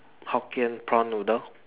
Hokkien prawn noodle